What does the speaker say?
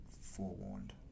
forewarned